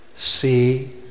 See